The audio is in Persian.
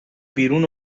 بیرون